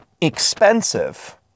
expensive